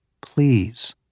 Please